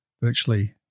Virtually